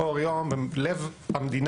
ממש לאור יום בלב המדינה.